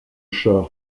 char